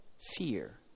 fear